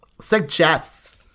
suggests